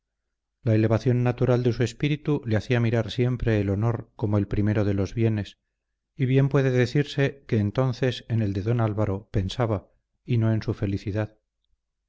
la elevación natural de su espíritu le hacía mirar siempre el honor como el primero de los bienes y bien puede decirse que entonces en el de don álvaro pensaba y no en su felicidad